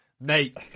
Mate